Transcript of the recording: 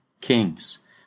kings